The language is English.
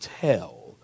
tell